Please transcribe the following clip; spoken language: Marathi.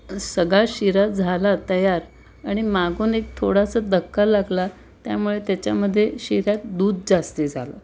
सगळा शिरा झाला तयार आणि मागून एक थोडासा धक्का लागला त्यामुळे त्याच्यामध्ये शिऱ्यात दूध जास्त झालं